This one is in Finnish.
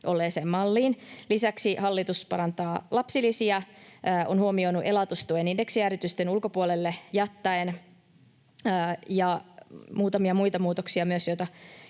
olleeseen malliin. Lisäksi hallitus parantaa lapsilisiä, on huomioinut elatustuen jättäen sen indeksijäädytysten ulkopuolelle. On myös muutamia muita muutoksia, joita